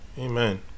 amen